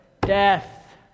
Death